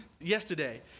yesterday